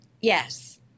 Yes